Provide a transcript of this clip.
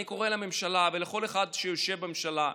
אני קורא לממשלה ולכל אחד שיושב בממשלה: